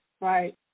Right